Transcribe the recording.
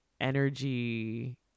energy